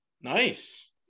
Nice